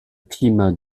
climat